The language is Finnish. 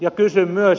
ja kysyn myös